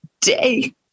day